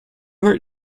hurt